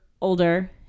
older